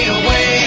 away